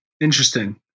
Interesting